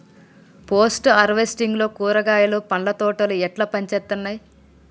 Post harvesting లో కూరగాయలు పండ్ల తోటలు ఎట్లా పనిచేత్తనయ్?